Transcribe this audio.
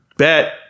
Bet